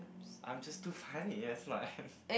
I'm just too funny yes my